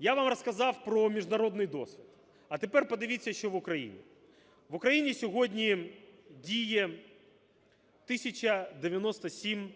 Я вам розказав про міжнародний досвід. А тепер подивіться, що в Україні. В Україні сьогодні діє 1097